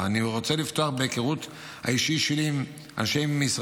אני רוצה לפתוח, מהיכרות האישית שלי עם אנשי משרדי